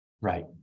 Right